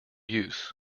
use